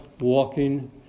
walking